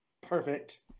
Perfect